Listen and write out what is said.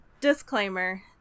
disclaimer